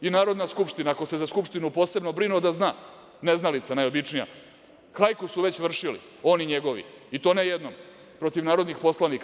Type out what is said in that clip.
I Narodna skupština, ako se za Skupštinu posebno brinu da zna neznalica najobičnija, hajku su već vršili on i njegovi i to ne jednom, protiv narodnih poslanika.